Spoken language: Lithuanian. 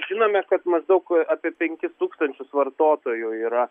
žinome kad maždaug apie penkis tūkstančius vartotojų yra